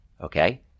okay